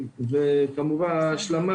השקנו שני מסלולים חדשים: אחד מהם מסלול חירום,